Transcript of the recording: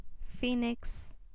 phoenix